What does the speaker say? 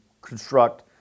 construct